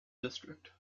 district